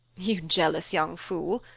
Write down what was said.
you jealous young fool!